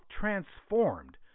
transformed